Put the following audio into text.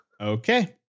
Okay